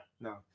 No